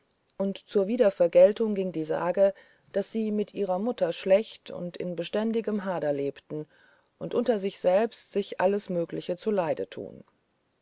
und zur wiedervergeltung ging die sage daß sie mit ihrer mutter schlecht und in beständigem hader leben und unter sich selbst sich alles mögliche zuleide tun